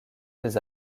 des